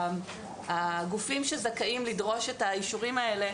הגופים שזכאים לדרוש את האישורים האלה